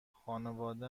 خانواده